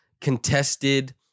contested